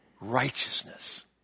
righteousness